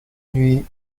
nuit